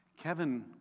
Kevin